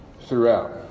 throughout